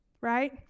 right